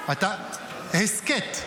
פודקאסט?